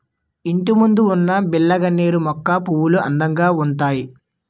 ఇంటిముందున్న బిల్లగన్నేరు మొక్కల పువ్వులు అందంగా ఉంతాయి